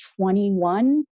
21